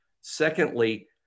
Secondly